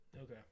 Okay